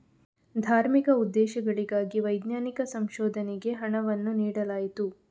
ಧಾರ್ಮಿಕ ಉದ್ದೇಶಗಳಿಗಾಗಿ ವೈಜ್ಞಾನಿಕ ಸಂಶೋಧನೆಗೆ ಹಣವನ್ನು ನೀಡಲಾಯಿತು